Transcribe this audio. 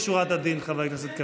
חבר הכנסת מתן